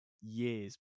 years